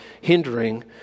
hindering